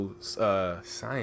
science